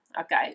okay